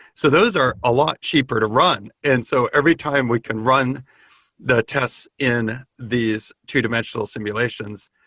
so those are a lot cheaper to run. and so every time we can run the tests in these two dimensional simulations,